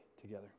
together